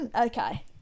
Okay